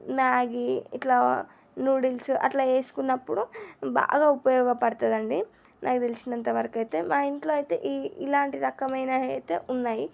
Maggi ఇట్లా noodles అట్ల చేస్కున్నప్పుడు బాగా ఉపయోగపడతాదండి నాకు తెలిసినంతవరకు అయితే మా ఇంట్లో అయితే ఈ ఇలాంటి రకమైనవి అయితే ఉన్నాయి